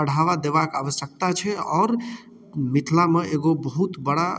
बढ़ावा देबाक आवश्यकता छै आओर मिथिलामे एगो बहुत बड़ा